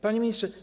Panie Ministrze!